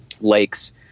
lakes